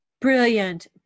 Brilliant